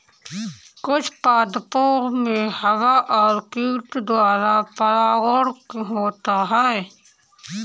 कुछ पादपो मे हवा और कीट द्वारा परागण होता है